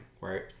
right